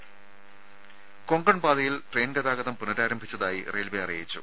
രുമ കൊങ്കൺ പാതയിൽ ട്രെയിൻ ഗതാഗതം പുനരാരംഭിച്ചതായി റെയിൽവെ അറിയിച്ചു